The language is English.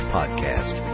Podcast